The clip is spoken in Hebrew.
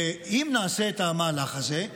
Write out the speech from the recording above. ואם נעשה את המהלך הזה,